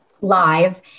live